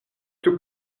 tout